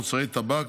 מוצרי טבק,